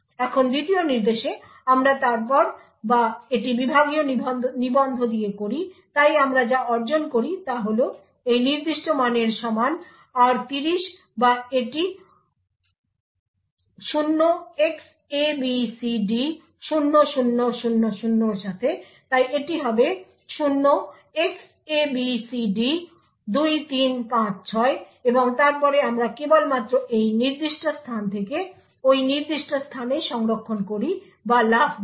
এখন দ্বিতীয় নির্দেশে আমরা তারপর বা এটি বিভাগীয় নিবন্ধ দিয়ে করি তাই আমরা যা অর্জন করি তা হল এই নির্দিষ্ট মানের সমান r30 এবং বা এটি 0xabcd0000 এর সাথে তাই এটি হবে 0xabcd2356 এবং তারপরে আমরা কেবলমাত্র এই নির্দিষ্ট স্থান থেকে ঐ নির্দিষ্ট স্থানে সংরক্ষণ করি বা লাফ দিই